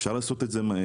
אפשר לעשות את זה מהר,